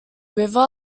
river